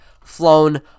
flown